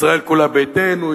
ישראל כולה ביתנו,